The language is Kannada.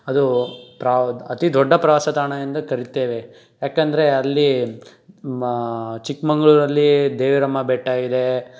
ಅದು ಪ್ರಾ ಅತಿ ದೊಡ್ಡ ಪ್ರವಾಸ ತಾಣ ಎಂದು ಕರೀತೇವೆ ಏಕೆಂದ್ರೆ ಅಲ್ಲಿ ಮಾ ಚಿಕ್ಕ್ಮಗ್ಳೂರಲ್ಲಿ ದೇವರಮ್ಮ ಬೆಟ್ಟ ಇದೆ